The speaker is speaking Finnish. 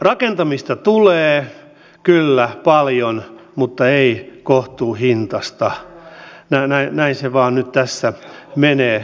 rakentamista tulee kyllä paljon mutta ei kohtuuhintaista näin se vaan nyt tässä menee